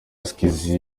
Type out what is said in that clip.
skizzy